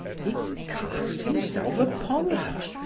he cast himself upon her,